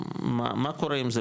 מה קורה עם זה,